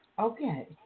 Okay